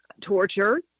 torture